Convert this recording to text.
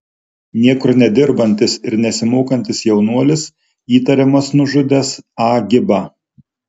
niekur nedirbantis ir nesimokantis jaunuolis įtariamas nužudęs a gibą